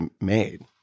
made